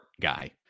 guy